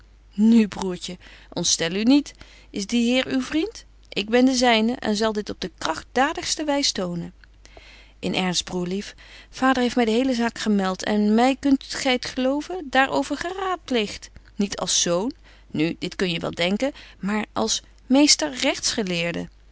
nu broêrtje ontstel u niet is die heer uw vriend ik ben de zyne en zal dit op de kragtdadigste betje wolff en aagje deken historie van mejuffrouw sara burgerhart wys tonen in ernst broerlief vader heeft my de hele zaak gemelt en my kunt gy t geloven daar over geraadpleegt niet als zoon nu dit kun je wel denken maar als meester